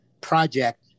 project